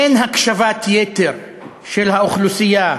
אין הקשבת יתר של האוכלוסייה